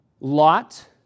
Lot